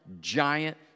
giant